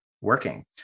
working